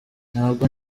ntabwo